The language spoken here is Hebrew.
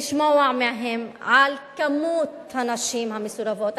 לשמוע מהם על מספר הנשים המסורבות,